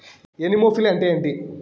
Anemophily అంటే ఏంటి?